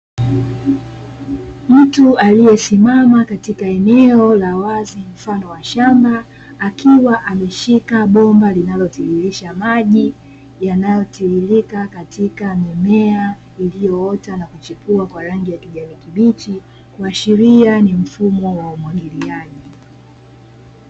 Mtu aliyesimama katika eneo la wazi mfano wa shamba, akiwa ameshika bomba linalotiririsha maji yanayotiririka katika mimea, iliyoota na kuchipua kwa rangi ya kijani kibichi kuashiria ni mfumo wa umwagiliaji.